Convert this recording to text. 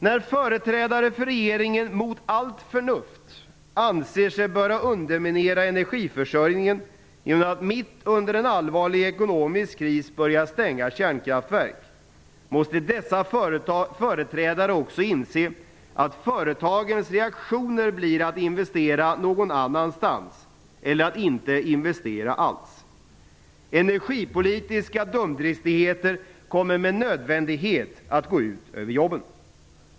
När företrädare för regeringen mot allt förnuft anser sig böra underminera energiförsörjningen genom att mitt under en allvarlig ekonomisk kris börja stänga kärnkraftverk, måste dessa företrädare också inse att företagens reaktioner blir att investera någon annanstans, eller att inte investera alls. Energipolitiska dumdristigheter kommer med nödvändighet att gå ut över jobben.